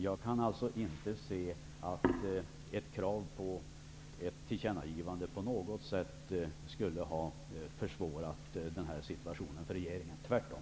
Jag kan inte se att ett krav på ett tillkännagivande på något sätt skulle ha försvårat situationen för regeringen, tvärtom.